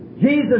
Jesus